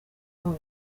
w’abo